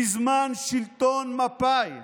בזמן שלטון מפא"י,